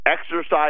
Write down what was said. exercise